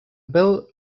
bill